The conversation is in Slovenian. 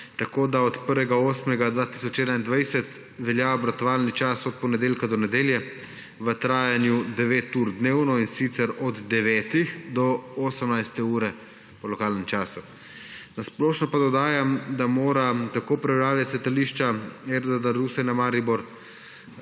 tako da od 1. 8. 2021 velja obratovalni čas od ponedeljka do nedelje v trajanju 9 ur dnevno, in sicer od 9. do 18. ure po lokalnem času. Na splošno pa dodajam, da mora tako upravljavec Letališča Edvarda Rusjana Maribor,